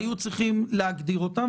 היו צריכים להגדיר אותם,